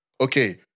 Okay